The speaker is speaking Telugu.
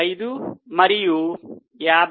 15 మరియు 53